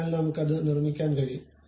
അതിനാൽ നമുക്ക് അത് നിർമ്മിക്കാൻ കഴിയും